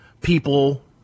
people